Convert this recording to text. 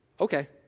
Okay